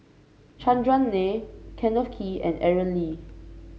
Chandran Nair Kenneth Kee and Aaron Lee